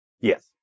Yes